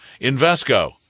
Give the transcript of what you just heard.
Invesco